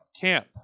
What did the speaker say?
camp